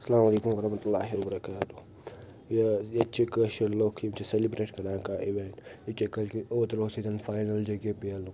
اَلسَلامُ علیکم ورحمتہ اللہ وبرکاتہ یہِ ٲں ییٚتہِ چھِ کٲشِرۍ لوٗکھ یِم چھِ سیٚلِبرٛیٹ کران کانٛہہ اِویٚنٹ اکے اوترٕ اوس ییٚتیٚن فاینل جے کے پی ایٚلُک